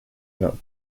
not